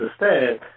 understand